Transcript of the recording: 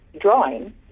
drawing